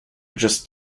just